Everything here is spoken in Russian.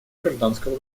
гражданского